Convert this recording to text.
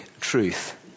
truth